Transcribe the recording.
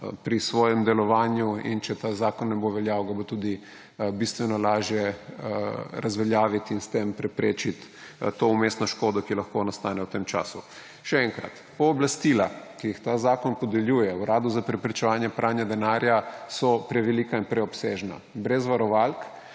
pri svojem delovanju; in če ta zakon ne bo veljal, ga bo tudi bistveno lažje razveljaviti in s tem preprečiti vmesno škodo, ki lahko nastane v tem času. Še enkrat, pooblastila, ki jih ta zakon podeljuje Uradu za preprečevanje pranja denarja, so prevelika in preobsežna, brez varovalk,